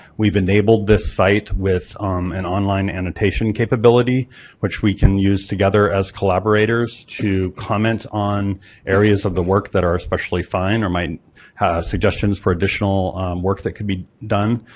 we've enabled this site with an online annotation capability which we can use together as collaborators to comment on areas of the work that are especially fine or might have suggestions for additional work that could be done.